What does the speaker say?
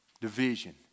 division